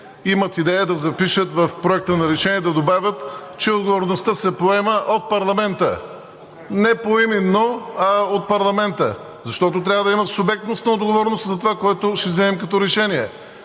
имат идея да запишат в Проекта на решение – да добавят, че отговорността се поема от парламента, не поименно, а от парламента, защото трябва да има субектност на отговорност за това, което ще вземем като решение.